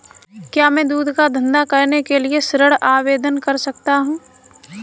क्या मैं दूध का धंधा करने के लिए ऋण आवेदन कर सकता हूँ?